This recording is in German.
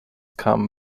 kamen